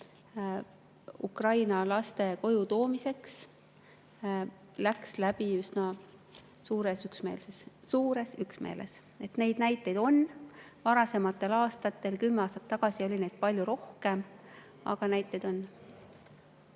Ukraina laste koju toomise kohta läks läbi üsna suures üksmeeles. Neid näiteid on. Varasematel aastatel, kümme aastat tagasi, oli neid palju rohkem. Aga näiteid on.